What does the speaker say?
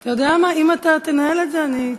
אתה יודע מה, אם אתה תנהל את זה, בכבוד.